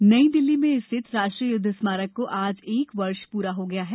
स्मारक नईदिल्ली में स्थित राष्ट्रीय युद्ध स्मारक को आज एक वर्ष पूरा हो गया है